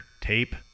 tape